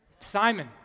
Simon